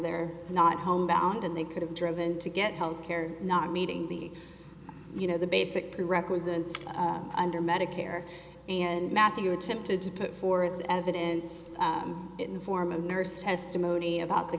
they're not home bound and they could have driven to get health care not meeting the you know the basic prerequisites under medicare and matthew attempted to put forth evidence in the form of nurse testimony about the